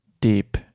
deep